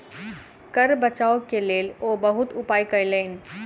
कर बचाव के लेल ओ बहुत उपाय कयलैन